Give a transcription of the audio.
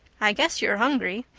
i guess you're hungry.